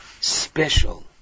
special